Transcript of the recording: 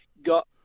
got